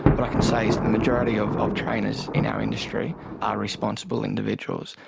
what i can say is the majority of of trainers in our industry are responsible individuals.